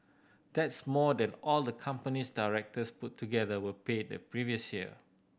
that's more than all the company's directors put together were paid the previous year